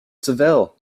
seville